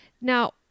Now